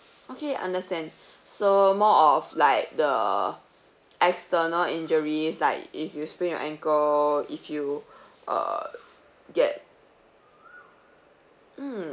okay understand so more of like the external injuries like if you sprained your ankle if you uh get mm